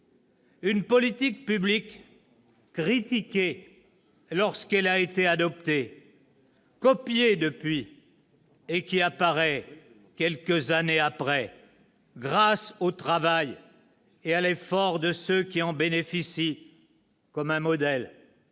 Une politique publique, critiquée lorsqu'elle a été adoptée, copiée depuis et qui apparaît, quelques années après, grâce au travail et à l'effort de ceux qui en bénéficient, comme un modèle.